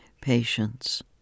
patience